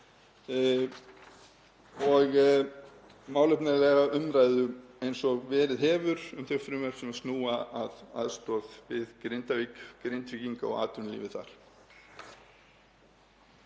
og málefnalega umræðu eins og verið hefur um þau frumvörp sem snúa að aðstoð við Grindavík, Grindvíkinga og atvinnulífið þar.